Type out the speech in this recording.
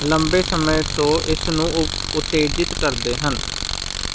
ਲੰਬੇ ਸਮੇਂ ਤੋਂ ਇਸ ਨੂੰ ਉ ਉਤੇਜਿਤ ਕਰਦੇ ਹਨ